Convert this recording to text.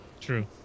True